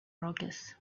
rockies